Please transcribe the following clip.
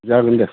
जागोन दे